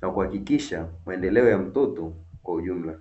na kuhakikisha maendeleo ya mtoto kwa ujumla